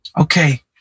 Okay